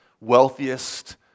wealthiest